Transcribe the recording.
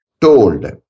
Told